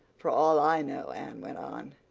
for all i know, anne went on.